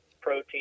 protein